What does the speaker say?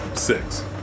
Six